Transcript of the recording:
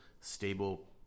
stable